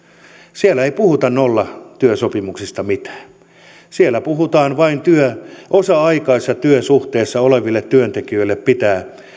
siellä ei puhuta nollatyösopimuksista mitään siellä puhutaan vain että osa aikaisessa työsuhteessa oleville työntekijöille pitää